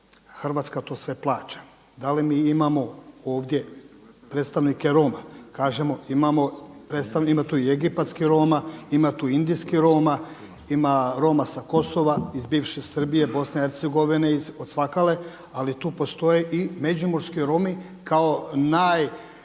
Hrvatska to sve plaća. Da li mi imamo ovdje predstavnike Roma? Kažemo, ima tu i egipatskih Roma, ima tu indijskih Roma, ima Roma sa Kosova, iz bivše Srbije, BiH, od svakale ali tu postoje i međimurski Romi kao najmnogoljudnija